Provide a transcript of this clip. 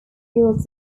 goals